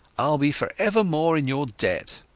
iall be for evermore in your debt